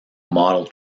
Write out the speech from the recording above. model